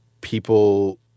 people